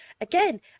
Again